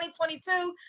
2022